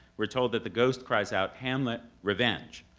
we're told that the ghost cries out, hamlet, revenge!